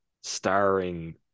starring